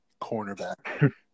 cornerback